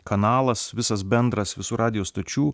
kanalas visas bendras visų radijo stočių